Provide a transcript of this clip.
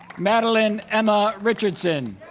madeleine emma richardson